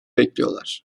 bekliyorlar